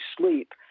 sleep